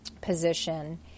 position